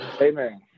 Amen